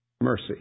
mercy